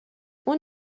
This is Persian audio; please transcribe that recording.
اون